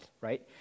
right